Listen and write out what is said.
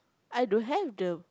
I don't have the